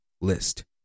list